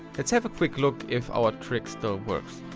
let's have quick look if our trick still works.